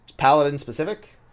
Paladin-specific